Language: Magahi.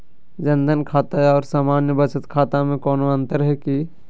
जन धन खाता और सामान्य बचत खाता में कोनो अंतर है की?